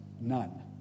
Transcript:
None